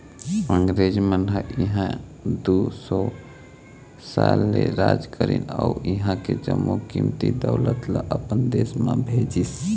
अंगरेज मन ह इहां दू सौ साल ले राज करिस अउ इहां के जम्मो कीमती दउलत ल अपन देश म भेजिस